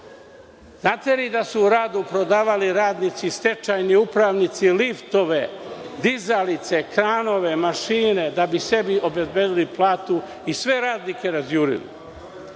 li da su u „Radu“ prodavali radnici, stečajni upravnici liftove, dizalice, kranove, mašine, da bi sebi obezbedili platu i sve radnike razjurili?